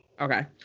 Okay